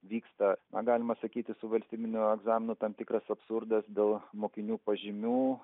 vyksta galima sakyti su valstybiniu egzaminu tam tikras absurdas dėl mokinių pažymių